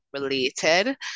related